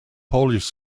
polish